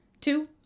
Two